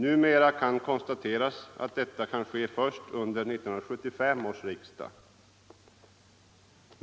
Numera står det klart att detta kan ske först under 1975 års riksmöte.